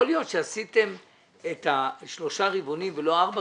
יכול להיות שעשיתם שלושה רבעונים ולא ארבעה